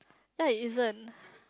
ya it isn't